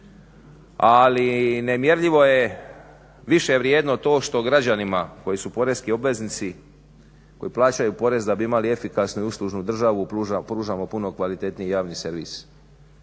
Ali nemjerljivo je, više vrijedno to što građanima koji su poreski obveznici, koji plaćaju porez da bi imali efikasnu i uslužnu državu pružamo puno kvalitetniji javni servis,